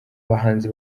bahanzi